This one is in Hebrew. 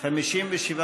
סעיף 2 לא נתקבלה.